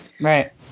Right